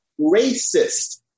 racist